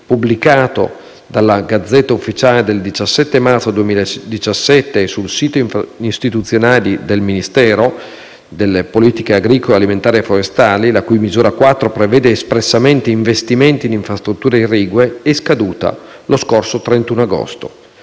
pubblicato sulla *Gazzetta Ufficiale* del 17 marzo 2017 e sul sito istituzionale del Ministero delle politiche agricole, alimentari e forestali - la cui misura 4 prevede espressamente «investimenti in infrastrutture irrigue», è scaduta lo scorso 31 agosto.